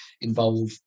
involve